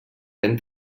ben